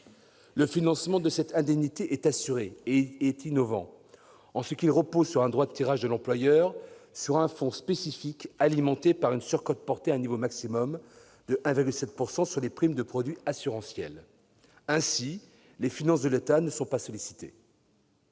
Le financement de cette indemnité est assuré et innovant : il repose sur un droit de tirage de l'employeur sur un fonds spécifique alimenté par une surcote portée à un niveau maximum de 1,7 % sur les primes de produits assurantiels. Ainsi, les finances de l'État ne sont pas sollicitées.